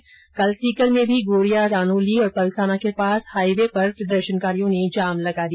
इधर कल सीकर में भी गोरियां रानोली और पलसाना के पास हाईवे पर प्रदर्शनकारियों ने जाम लगा दिया